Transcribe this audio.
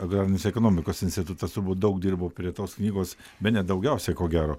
agrarinės ekonomikos institutas turbūt daug dirbo prie tos knygos bene daugiausiai ko gero